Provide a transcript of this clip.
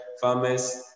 farmers